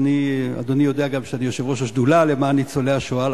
ואדוני יודע שאני יושב-ראש השדולה למען ניצולי השואה,